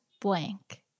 blank